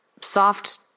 soft